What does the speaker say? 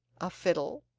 a fiddle,